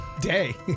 day